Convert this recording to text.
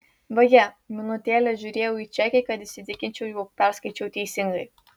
vaje minutėlę žiūrėjau į čekį kad įsitikinčiau jog perskaičiau teisingai